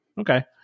Okay